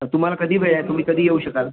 तर तुम्हाला कधी वेळ आहे तुम्ही कधी येऊ शकाल